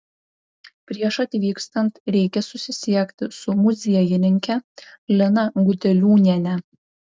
prieš atvykstant reikia susisiekti su muziejininke lina gudeliūniene